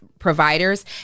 Providers